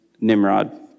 Nimrod